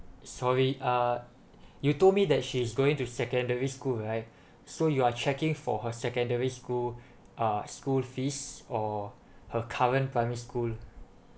sorry uh you told me that she's going to secondary school right so you are checking for her secondary school uh school fees or her current primary school